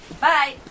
Bye